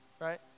right